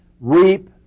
reap